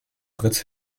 fritz